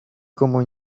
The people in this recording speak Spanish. como